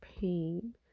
pain